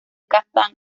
kazán